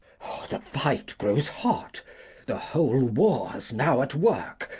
the fight grows hot the whole war's now at work,